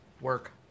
Work